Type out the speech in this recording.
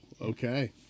Okay